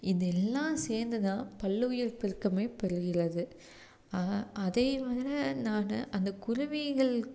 இது எல்லாம் சேர்ந்துதான் பல்லுயிர் பெருக்கமே பெறுகிறது அதே மாதிர நானும் அந்த குருவிகள்